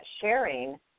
sharing